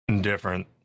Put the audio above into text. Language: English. different